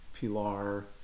Pilar